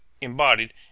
embodied